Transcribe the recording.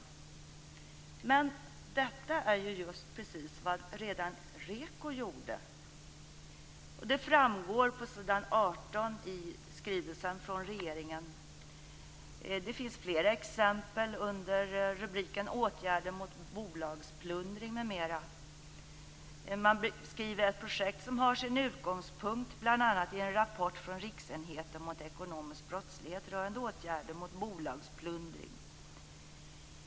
Men detta är ju just precis vad redan REKO gjorde. Det framgår på s. 18 i skrivelsen från regeringen. Det finns flera exempel under rubriken Åtgärder mot bolagsplundring m.m. Man beskriver ett projekt som har sin utgångspunkt bl.a. i en rapport från Riksenheten mot ekonomisk brottslighet rörande åtgärder mot bolagsplundring.